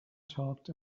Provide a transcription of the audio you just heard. talked